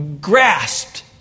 grasped